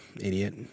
idiot